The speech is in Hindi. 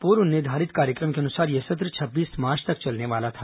पूर्व निर्धारित कार्यक्रम के अनुसार यह सत्र छब्बीस मार्च तक चलने वाला था